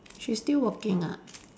she still working ah